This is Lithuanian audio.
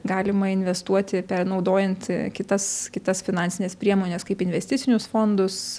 galima investuoti pe naudojant kitas kitas finansines priemones kaip investicinius fondus